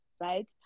right